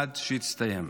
עד שהיא תסתיים.